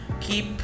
keep